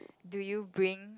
do you bring